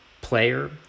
player